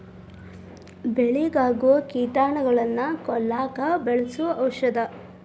ಬೆಳಿಗೆ ಆಗು ಕೇಟಾನುಗಳನ್ನ ಕೊಲ್ಲಾಕ ಬಳಸು ಔಷದ